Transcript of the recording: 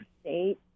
state